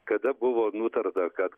kada buvo nutarta kad